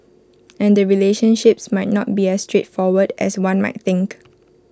and the relationships might not be as straightforward as one might think